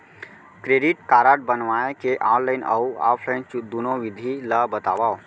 Credit card बनवाए के online अऊ ऑफलाइन दुनो विधि ला बतावव?